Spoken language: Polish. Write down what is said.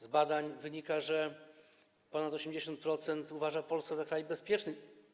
Z badań wynika, że ponad 80% uważa Polskę za kraj bezpieczny.